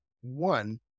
one